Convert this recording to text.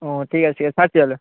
ও ঠিক আচে ঠিক আচে ছাড়ছি তালে